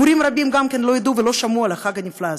גם מורים רבים לא ידעו ולא שמעו על החג הנפלא הזה.